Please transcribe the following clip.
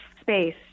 space